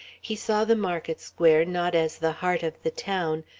he saw the market square, not as the heart of the town,